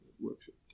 workshop